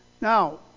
Now